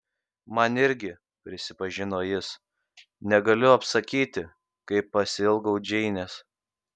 man irgi prisipažino jis negaliu apsakyti kaip pasiilgau džeinės